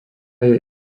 jej